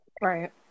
Right